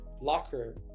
locker